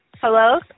Hello